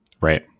right